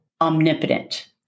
omnipotent